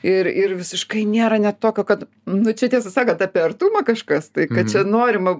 ir ir visiškai nėra net tokio kad nu čia tiesą sakant apie artumą kažkas tai kad čia norima